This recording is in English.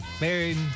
married